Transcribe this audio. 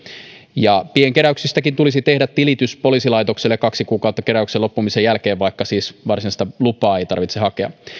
ja pienkeräyksistäkin tulisi tehdä tilitys poliisilaitokselle kaksi kuukautta keräyksen loppumisen jälkeen vaikka siis varsinaista lupaa ei tarvitse hakea